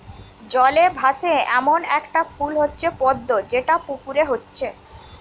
জলে ভাসে এ্যামন একটা ফুল হচ্ছে পদ্ম যেটা পুকুরে হচ্ছে